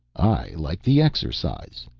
i like the exercise,